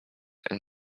and